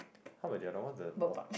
how about the other one the water